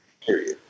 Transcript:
period